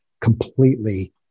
completely